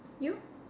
you